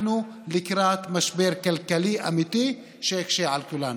אנחנו לקראת משבר כלכלי אמיתי שיקשה על כולנו.